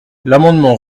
l’amendement